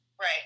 Right